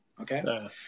okay